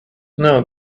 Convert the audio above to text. know